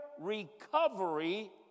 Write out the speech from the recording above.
recovery